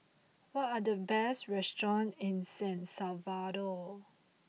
what are the best restaurants in San Salvador